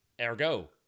Ergo